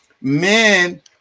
Men